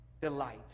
delight